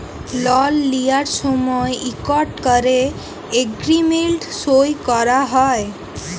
লল লিঁয়ার সময় ইকট ক্যরে এগ্রীমেল্ট সই ক্যরা হ্যয়